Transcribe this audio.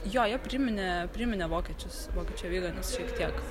jo jie priminė priminė vokiečius vokiečių aviganius šiek tiek